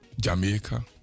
Jamaica